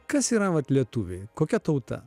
kas yra vat lietuviai kokia tauta